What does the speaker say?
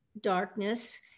darkness